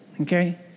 okay